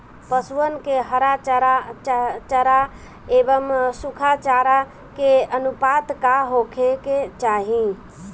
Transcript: पशुअन के हरा चरा एंव सुखा चारा के अनुपात का होखे के चाही?